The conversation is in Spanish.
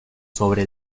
sobre